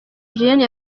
julienne